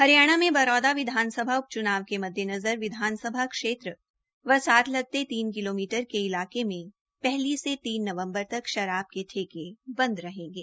हरियाणा में बरौदा विधानसभा उपचुनाव के मद्देनज़र विधानसभा क्षेत्र व साथ लगते तीन किलोमीटर के इलाके मे पहली से तीन नवंबर तक शराब के ठेके बंद रहेंगे